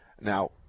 Now